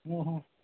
হুঁ হুঁ